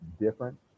different